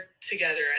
together